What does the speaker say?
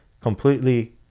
completely